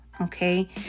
okay